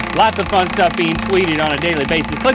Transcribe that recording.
lots of fun stuff being tweeted on a daily basis. but